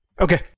Okay